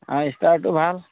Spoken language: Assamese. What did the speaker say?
ষ্টাৰটো ভাল